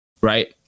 Right